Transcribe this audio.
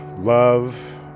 love